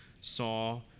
saw